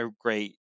great